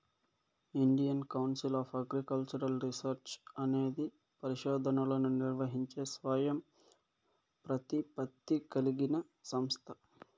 Indian Council of Agricultural Research అనేది పరిశోధనలను నిర్వహించే స్వయం ప్రతిపత్తి కలిగిన సంస్థ